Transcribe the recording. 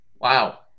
Wow